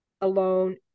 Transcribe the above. alone